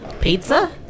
Pizza